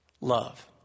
love